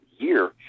year